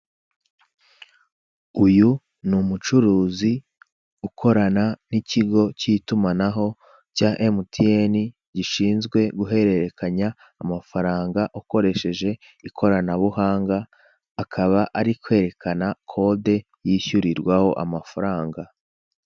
Uyu ni umucuruzi ukorana n'ikigo k'itumanaho cya emutiyene gishinzwe guhererekanya amafaranga ukoresheje ikoranabuhanga, akaba ari kwerekana kode yishyurirwaho amafaranga.